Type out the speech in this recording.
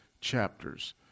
chapters